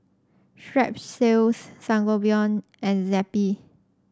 Strepsils Sangobion and Zappy